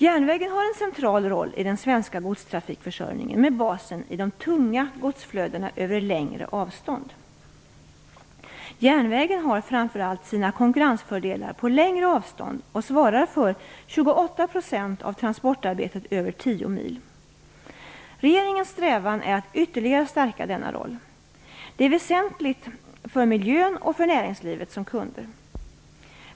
Järnvägen har en central roll i den svenska godstrafikförsörjningen med basen i de tunga godsflödena över längre avstånd. Järnvägen har framför allt sina konkurrensfördelar på längre avstånd och svarar för 28 % av transportarbetet över 10 mil. Regeringens strävan är att ytterligare stärka denna roll. Det är väsentligt för miljön och för näringslivet som kunder.